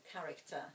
character